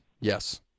yes